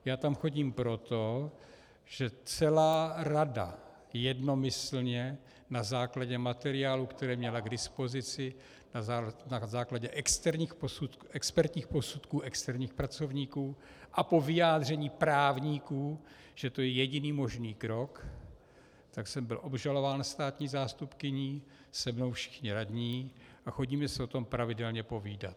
Já tam chodím proto, že celá rada jednomyslně na základě materiálů, které měla k dispozici, na základě expertních posudků externích pracovníků a po vyjádření právníků, že to je jediný možný krok, tak jsem byl obžalován státní zástupkyní a se mnou všichni radní a chodíme si o tom pravidelně povídat.